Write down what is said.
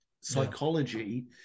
psychology